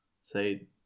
say